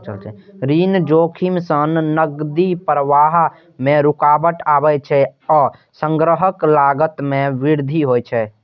ऋण जोखिम सं नकदी प्रवाह मे रुकावट आबै छै आ संग्रहक लागत मे वृद्धि होइ छै